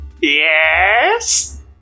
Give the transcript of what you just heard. Yes